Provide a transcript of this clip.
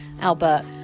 Albert